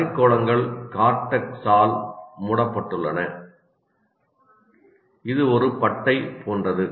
அரைக்கோளங்கள் கோர்டெக்ஸால் மூடப்பட்டுள்ளன ஆங்கில மொழிபெயர்ப்பு ஒரு மரத்தின் பட்டை இது ஒரு பட்டை போன்றது